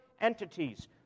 entities